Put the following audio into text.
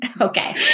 Okay